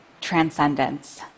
transcendence